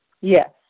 Yes